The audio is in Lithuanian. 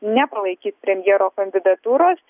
nepalaikys premjero kandidatūros